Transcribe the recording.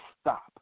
stop